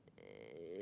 uh